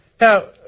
Now